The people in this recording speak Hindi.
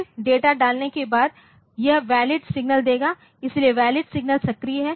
फिर डेटा डालने के बाद यह वैलिड सिग्नल देगा इसलिए वैलिड सिग्नल सक्रिय है